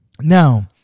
Now